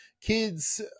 kids